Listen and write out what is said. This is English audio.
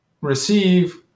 receive